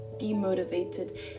demotivated